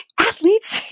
athletes